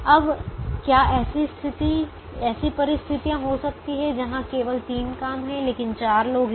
अब क्या ऐसी परिस्थितियां हो सकती हैं जहां केवल तीन काम हैं लेकिन चार लोग हैं